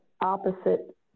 opposite